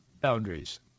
boundaries